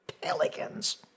pelicans